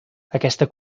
aquesta